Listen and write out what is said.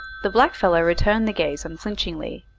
the black fellow returned the gaze unflinchingly,